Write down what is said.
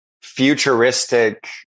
futuristic